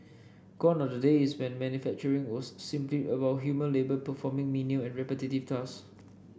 gone are the days when manufacturing was simply about human labour performing menial and repetitive tasks